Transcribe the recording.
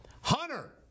Hunter